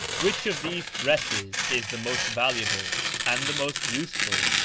which of these dresses is the most valuable and the most useful,